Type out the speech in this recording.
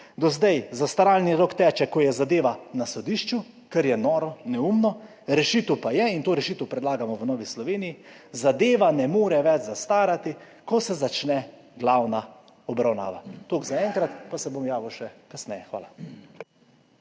Do zdaj zastaralni rok teče, ko je zadeva na sodišču, kar je noro, neumno. Rešitev pa je, in to rešitev predlagamo v Novi Sloveniji: zadeva ne more več zastarati, ko se začne glavna obravnava. Toliko zaenkrat pa se bom javil še kasneje. Hvala.